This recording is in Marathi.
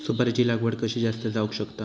सुपारीची लागवड कशी जास्त जावक शकता?